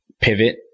pivot